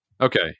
Okay